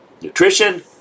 nutrition